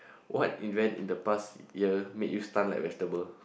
what event in the past year make you stunt like vegetable